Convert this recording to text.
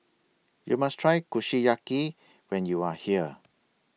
YOU must Try Kushiyaki when YOU Are here